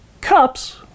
cups